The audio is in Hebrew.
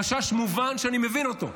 חשש מובן, שאני מבין אותו.